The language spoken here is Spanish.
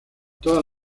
todas